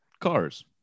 cars